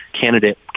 candidate